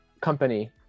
company